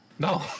No